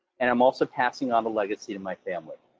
and i'm also passing on the legacy to my family.